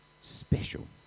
special